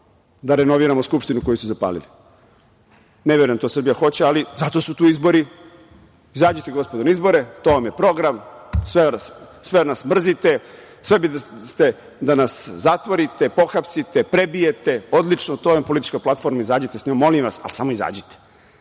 renoviramo Skupštinu koju su zapalili. Ne verujem da to Srbija hoće. Ali zato su tu izbori, izađite, gospodo, na izbore, to vam je program, sve nas mrzite, sve biste da nas zatvorite, pohapsite, prebijete. Odlično, to vam je politička platforma, izađite, molim vas, ali samo izađite.